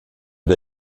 der